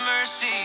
mercy